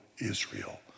Israel